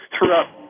throughout